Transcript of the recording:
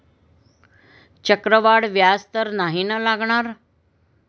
चक्रवाढ व्याज तर नाही ना लागणार?